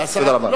תודה רבה.